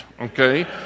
okay